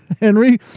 Henry